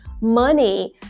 money